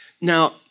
Now